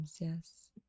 yes